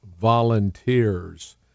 volunteers